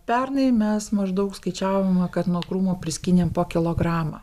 pernai mes maždaug skaičiavome kad nuo krūmo priskynėm po kilogramą